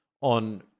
on